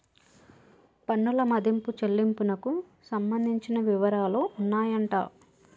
పన్నుల మదింపు చెల్లింపునకు సంబంధించిన వివరాలు ఉన్నాయంట